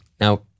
Now